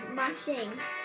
machines